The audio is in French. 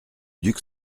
duc